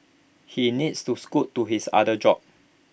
he needs to scoot to his other job